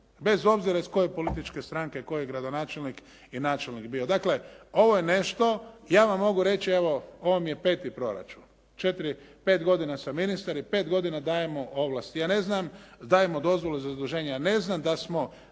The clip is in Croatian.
Bez obzira iz koje političke stranke, tko je gradonačelnik i načelnik bio. Dakle ovo je nešto, ja vam mogu reći evo ovo mi je peti proračun. Četiri, pet godina sam ministar i pet godina dajemo ovlasti. Ja ne znam, dajemo dozvolu za zaduženja. Ja ne znam da smo